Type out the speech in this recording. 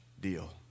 deal